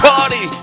Party